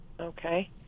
Okay